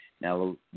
Now